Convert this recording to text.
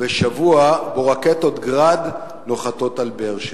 ובשבוע שבו רקטות "גראד" נוחתות על באר-שבע?